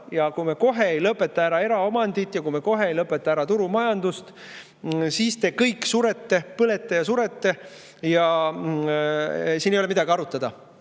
ja kui me kohe ei tee lõppu eraomandile ja kui me kohe ei lõpeta ära turumajandust, siis te kõik surete. Põlete ja surete! Ja siin ei ole midagi arutada.